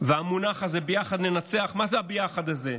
המונח הזה, "ביחד ננצח" מה זה ה"ביחד" הזה,